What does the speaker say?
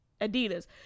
Adidas